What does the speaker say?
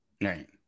Right